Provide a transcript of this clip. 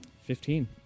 Fifteen